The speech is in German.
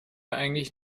eigentlich